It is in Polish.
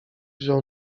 wziął